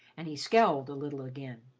and he scowled a little again.